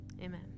Amen